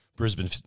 Brisbane